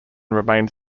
remains